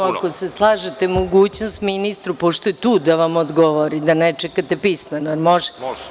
Daćemo, ako se slažete mogućnost ministru, pošto je tu da vam odgovori da ne čekate pismeno, da li može?